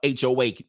HOA